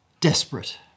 desperate